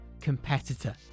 competitor